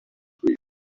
street